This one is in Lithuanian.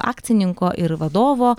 akcininko ir vadovo